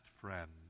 friend